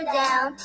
down